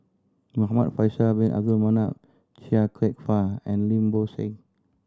Muhamad Faisal Bin Abdul Manap Chia Kwek Fah and Lim Bo Seng